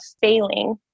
failing